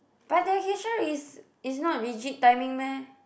but their cashier is is not rigid timing meh